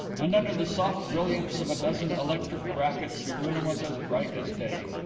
and under the soft brilliance of a dozen electric brackets the room was as bright as day.